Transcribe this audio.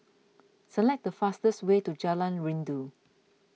select the fastest way to Jalan Rindu